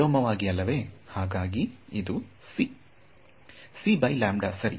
ವಿಲೋಮವಾಗಿ ಅಲ್ಲವೇ ಹಾಗಾಗಿ ಇದು ವಿದ್ಯಾರ್ಥಿ C ಸರಿ